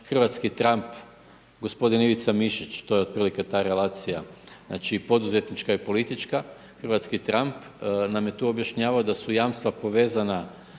hrvatski Trump, g. Ivica Mišić, to je otprilike ta relacija, znači poduzetnička i politička, hrvatski Trump nam je tu objašnjavao da su jamstva povezana,